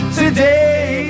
today